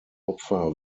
opfer